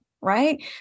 right